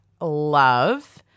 love